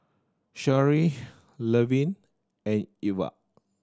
Sharee Levin and Irva